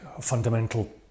fundamental